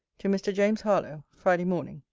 to mr. james harlowe friday morning.